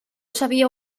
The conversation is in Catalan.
sabia